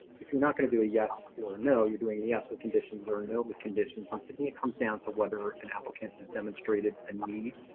if you're not going to do a yes or no, you're doing a yes. with conditions or no but conditions um to me it comes down to whether an applicant has demonstrated a need.